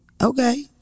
Okay